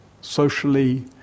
socially